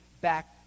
back